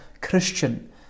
Christian